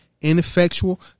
ineffectual